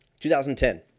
2010